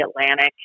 Atlantic